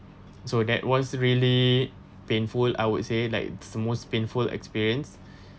so that was really painful I would say like it's the most painful experience